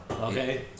Okay